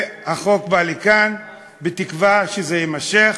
והחוק בא לכאן בתקווה שזה יימשך.